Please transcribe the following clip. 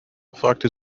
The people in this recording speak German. fragte